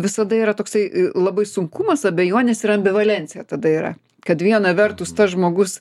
visada yra toksai labai sunkumas abejonės ir ambivalencija tada yra kad viena vertus tas žmogus